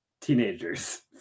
teenagers